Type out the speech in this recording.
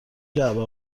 جعبه